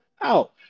out